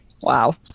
Wow